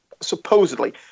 supposedly